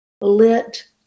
lit